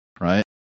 right